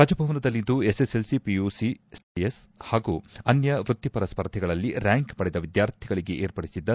ರಾಜ್ಯಭವನದಲ್ಲಿಂದು SSLC PUC CET IIS ಹಾಗೂ ಅನ್ಯ ವೃತ್ತಿಪರ ಸ್ಪರ್ಧೆಯಲ್ಲಿ ರ್ಯಾಂಬಕ್ ಪಡೆದ ವಿದ್ಯಾರ್ಥಿಗಳಿಗೆ ಏರ್ಪಡಿಸಿದ್ದ